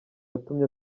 yatumye